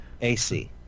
AC